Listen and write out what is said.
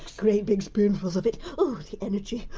great big spoonfuls of it! the energy,